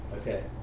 Okay